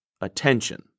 attention